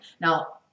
Now